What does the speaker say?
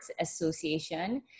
Association